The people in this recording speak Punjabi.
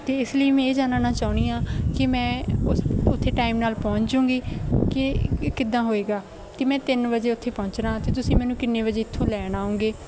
ਅਤੇ ਇਸ ਲਈ ਮੈਂ ਇਹ ਜਾਨਣਾ ਚਾਹੁੰਦੀ ਹਾਂ ਕਿ ਮੈਂ ਉਸ ਉੱਥੇ ਟਾਈਮ ਨਾਲ ਪਹੁੰਚ ਜੂੰਗੀ ਕਿ ਕਿੱਦਾਂ ਹੋਵੇਗਾ ਕਿ ਮੈਂ ਤਿੰਨ ਵਜੇ ਉੱਥੇ ਪਹੁੰਚਣਾ ਅਤੇ ਤੁਸੀਂ ਮੈਨੂੰ ਕਿੰਨੇ ਵਜੇ ਇੱਥੋਂ ਲੈਣ ਆਉਂਗੇ